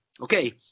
Okay